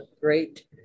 great